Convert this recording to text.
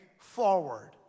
forward